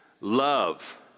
Love